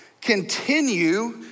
continue